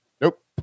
Nope